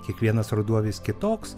kiekvienas ruduo vis kitoks